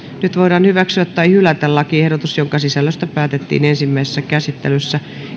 nyt voidaan hyväksyä tai hylätä lakiehdotus jonka sisällöstä päätettiin ensimmäisessä käsittelyssä